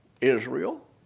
Israel